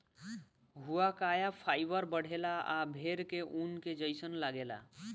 हुआकाया फाइबर बढ़ेला आ भेड़ के ऊन के जइसन लागेला